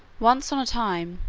once on a time,